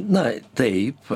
na taip